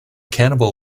cannibal